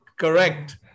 correct